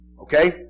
Okay